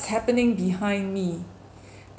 happening behind me